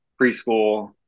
preschool